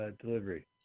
delivery